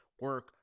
Work